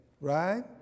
right